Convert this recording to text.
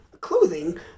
clothing